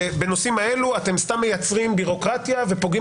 ובנושאים האלה אתם סתם מייצרים בירוקרטיה ופוגעים